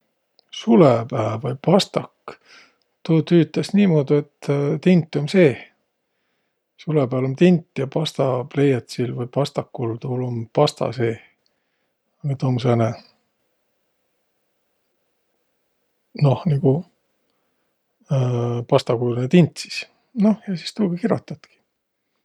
Sulõpää vai pastak, tuu tüütäs niimuudu, et tint um seeh. Sulõpääl um tint ja pastapleiätsil vai pastakul, tuul um pasta seeh. Et tuu um sääne, noh nigu pastakujolinõ tint sis. Noh, ja sis tuuga kirotatki.